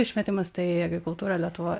išmetimas tai agrikultūra lietuvoj